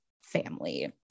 family